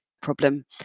problem